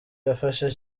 yafashe